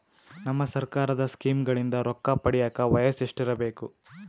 ನಮ್ಮ ಸರ್ಕಾರದ ಸ್ಕೀಮ್ಗಳಿಂದ ರೊಕ್ಕ ಪಡಿಯಕ ವಯಸ್ಸು ಎಷ್ಟಿರಬೇಕು?